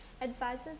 advisors